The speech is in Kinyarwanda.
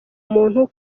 muntu